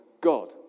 God